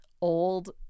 old